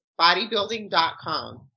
bodybuilding.com